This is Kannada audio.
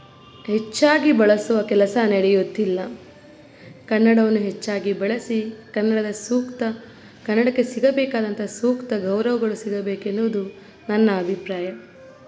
ಹೆಚ್ಚಾಗಿ ಬಳಸುವ ಕೆಲಸ ನಡೆಯುತ್ತಿಲ್ಲ ಕನ್ನಡವನ್ನು ಹೆಚ್ಚಾಗಿ ಬಳಸಿ ಕನ್ನಡದ ಸೂಕ್ತ ಕನ್ನಡಕ್ಕೆ ಸಿಗಬೇಕಾದಂತಹ ಸೂಕ್ತ ಗೌರವಗಳು ಸಿಗಬೇಕೆನ್ನುವುದು ನನ್ನ ಅಭಿಪ್ರಾಯ